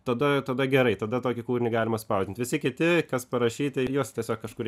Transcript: tada tada gerai tada tokį kūrinį galima spausdint visi kiti kas parašyta ir juos tiesiog kažkur